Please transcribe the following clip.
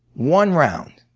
one round.